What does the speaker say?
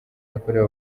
yakorewe